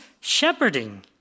shepherding